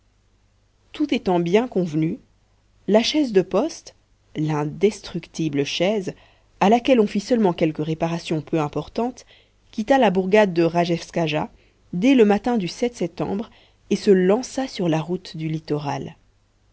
tout étant bien convenu la chaise de poste l'indestructible chaise à laquelle on fit seulement quelques réparations peu importantes quitta la bourgade de rajewskaja dès le matin du septembre et se lança sur la route du littoral